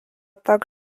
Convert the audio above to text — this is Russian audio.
так